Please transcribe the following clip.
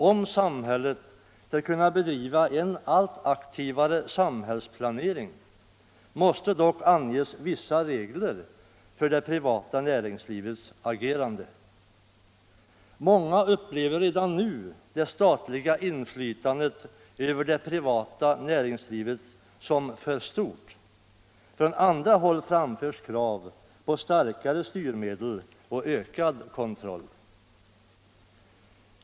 Om samhället skall kunna bedriva en allt aktivare samhällsplanering måste det dock anges vissa regler för det privata näringslivets agerande. Många upplever redan nu det statliga inflytandet över det privata näringslivet såsom för stort. Från andra håll framförs krav på starkare styrmedel och ökad kontroll.